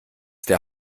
der